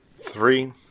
Three